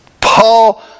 Paul